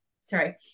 sorry